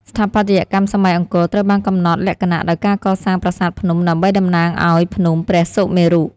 ស្ថាបត្យកម្មសម័យអង្គរត្រូវបានកំណត់លក្ខណៈដោយការកសាងប្រាសាទភ្នំ ដើម្បីតំណាងឱ្យភ្នំព្រះសុមេរុ។